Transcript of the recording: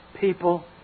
people